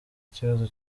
ikibazo